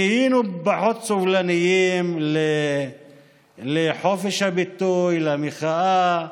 נהיינו פחות סובלניים לחופש הביטוי, למחאה.